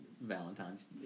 Valentine's